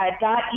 dot